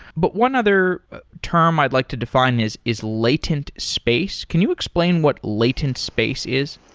but one other term i'd like to define is is latent space. can you explain what latent space is?